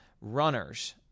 runners